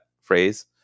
phrase